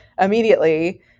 immediately